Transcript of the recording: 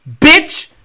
Bitch